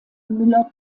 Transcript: müller